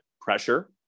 pressure